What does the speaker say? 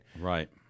Right